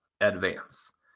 advance